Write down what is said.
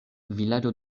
vilaĝo